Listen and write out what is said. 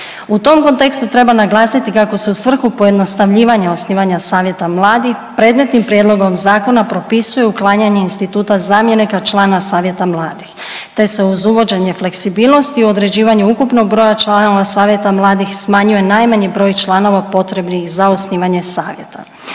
U tom kontekstu treba naglasiti kako se u svrhu pojednostavljivanja osnivanja savjeta mladih predmetnim prijedlogom zakona propisuje uklanjanje instituta zamjenika člana savjeta mladih te se uz uvođenje fleksibilnosti u određivanju ukupnog broja članova savjeta mladih smanjuje najmanji broj članova potrebnih za osnivanje savjeta.